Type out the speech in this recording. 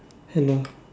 hello